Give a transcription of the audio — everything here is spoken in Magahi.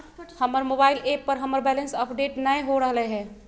हमर मोबाइल ऐप पर हमर बैलेंस अपडेट नय हो रहलय हें